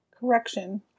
correction